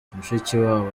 mushikiwabo